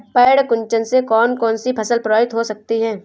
पर्ण कुंचन से कौन कौन सी फसल प्रभावित हो सकती है?